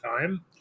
time